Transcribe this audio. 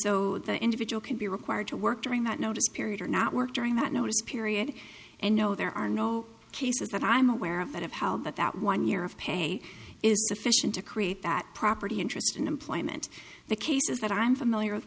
so the individual can be required to work during that notice period or not work during that notice period and no there are no cases that i'm aware of that have held that that one year of pay is sufficient to create that property interest in employment the cases that i'm familiar with